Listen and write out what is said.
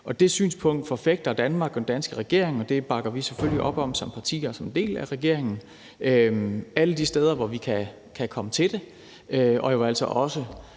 Det synspunkt forfægter Danmark og den danske regering, og det bakker vi selvfølgelig op om som partier og som en del af regeringen. Det gør vi alle de steder, hvor vi kan komme til det, og jo altså også